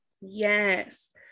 yes